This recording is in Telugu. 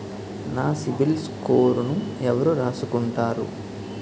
నా సిబిల్ స్కోరును ఎవరు రాసుకుంటారు